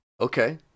Okay